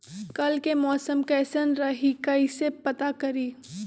कल के मौसम कैसन रही कई से पता करी?